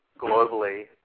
globally